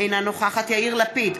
אינה נוכחת יאיר לפיד,